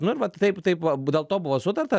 nu ir vat taip taip va dėl to buvo sutarta